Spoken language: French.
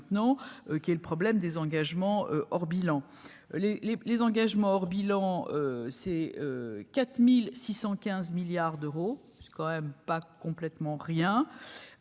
qui est le problème des engagements hors bilan les, les, les engagements hors bilan c'est 4615 milliards d'euros, c'est quand même pas complètement rien